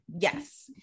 Yes